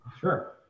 Sure